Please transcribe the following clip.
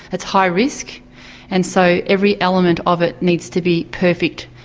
it's high risk and so every element of it needs to be perfect.